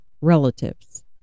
relatives